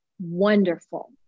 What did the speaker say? wonderful